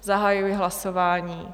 Zahajuji hlasování.